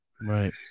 right